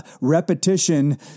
repetition